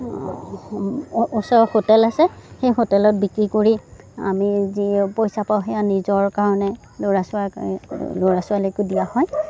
ওচৰৰ হোটেল আছে সেই হোটেলত বিক্ৰী কৰি আমি যি পইছা পাওঁ সেয়া নিজৰ কাৰণে ল'ৰা চৰা ল'ৰা ছোৱালীকো দিয়া হয়